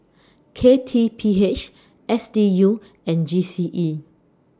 K T P H S D U and G C E